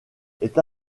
est